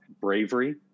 bravery